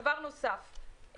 דבר נוסף,